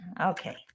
Okay